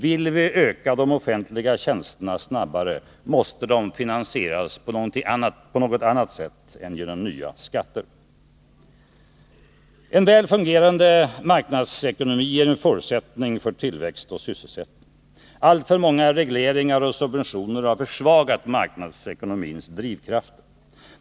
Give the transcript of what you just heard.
Vill vi öka de offentliga tjänsterna snabbare måste de finansieras på något annat sätt än genom nya skatter. En väl fungerande marknadsekonomi är en förutsättning för tillväxt och sysselsättning. Alltför många regleringar och subventioner har försvagat marknadsekonomins drivkrafter.